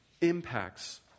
impacts